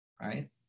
right